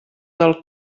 del